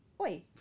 Oi